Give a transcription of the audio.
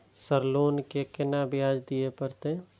Sir loan के केना ब्याज दीये परतें?